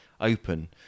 open